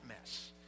mess